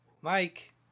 Mike